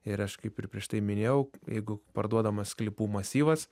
ir aš kaip ir prieš tai minėjau jeigu parduodamas sklypų masyvas